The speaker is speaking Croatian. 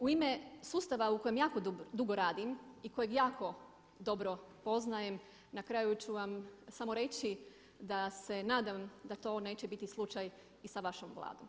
U ime sustava u kojem jako dugo radim i kojeg jako dobro poznajem na kraju ću vam samo reći da se nadam da to neće biti slučaj i sa vašom Vladom.